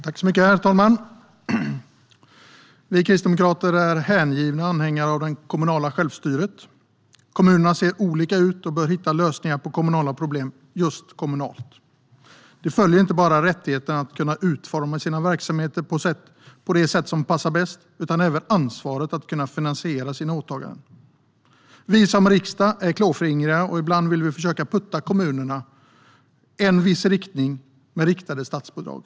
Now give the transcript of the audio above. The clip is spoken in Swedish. Herr talman! Vi kristdemokrater är hängivna anhängare av det kommunala självstyret. Kommuner ser olika ut och bör hitta lösningar på kommunala problem just kommunalt. Kommunerna har inte bara rättigheten att utforma sina verksamheter på det sätt som passar bäst utan även ansvaret att finansiera sina åtaganden. Riksdagen är ibland klåfingrig och vill putta kommunerna i en viss riktning med riktade statsbidrag.